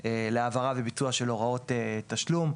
להעברה ולביצוע של הוראות תשלום.